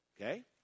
Okay